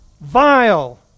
vile